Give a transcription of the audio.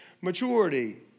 maturity